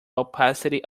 opacity